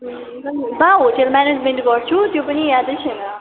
वा hotel management गर्छु त्यो पनि याद छैन